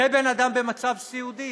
זה בן אדם במצב סיעודי,